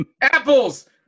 Apples